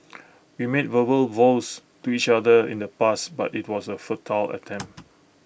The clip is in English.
we made verbal vows to each other in the past but IT was A futile attempt